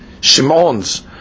Shimon's